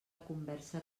conversa